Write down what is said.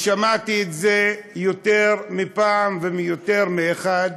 ושמעתי את זה יותר מפעם ומיותר מאחד